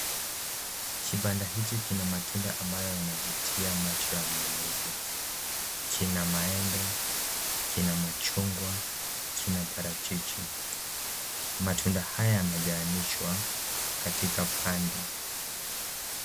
Kibanda hichi kina matunda ambayo inavutia macho ya mnunuzi. Kina maembe, kina machungwa, kina parachichi. Matunda haya yamejaanishwa katika pande.